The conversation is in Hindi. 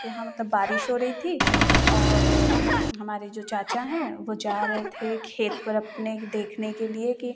के यहाँ मतलब बारिश हो रही थी और हमारे जो चाचा है वो जा रहे थे खेत पर अपने देखने के लिए कि